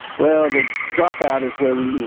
well, the drop out is where we, you